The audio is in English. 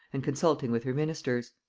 and consulting with her ministers.